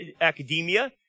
academia